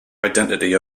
identity